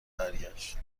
برگشت